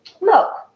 look